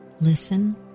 listen